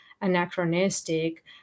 anachronistic